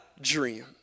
dream